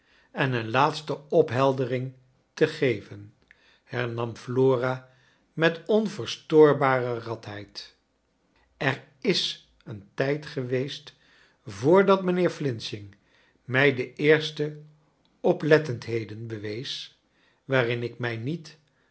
en een laatste opheldering te geven hernam flora met onverstoorbare radheid er i s een tijd geweest voordat mijnheer flinching mij de eerste oplettendheden bew t